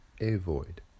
avoid